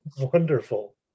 Wonderful